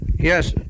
Yes